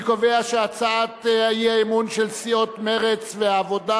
אני קובע שהצעת האי-אמון של סיעות מרצ והעבודה,